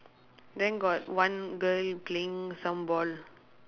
then got one girl playing some ball